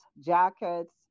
jackets